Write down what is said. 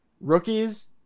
Rookies